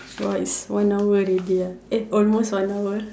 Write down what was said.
!wah! is one hour already ah eh almost one hour